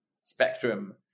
spectrum